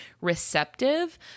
receptive